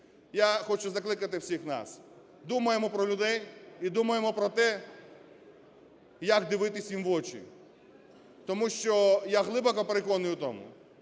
Я хочу закликати всіх нас: думаймо про людей і думаймо про те, як дивитися їм в очі. Тому що я глибоко переконаний в тому,